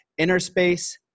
Innerspace